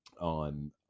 on